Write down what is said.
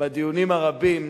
בדיונים הרבים